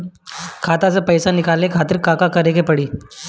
खाता से पैसा निकाले ला का का करे के पड़ी?